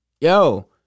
Yo